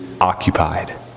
occupied